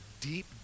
deep